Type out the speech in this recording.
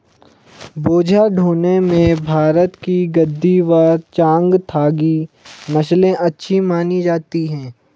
बोझा ढोने में भारत की गद्दी व चांगथागी नस्ले अच्छी मानी जाती हैं